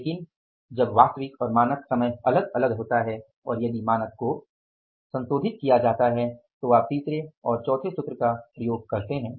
लेकिन जब वास्तविक और मानक समय अलग अलग होता है और यदि मानक को संशोधित किया जाता है तो आप तीसरे और चौथे सूत्र का उपयोग करते हैं